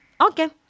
okay